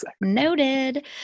Noted